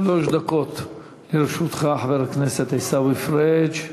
שלוש דקות לרשותך, חבר הכנסת עיסאווי פריג'.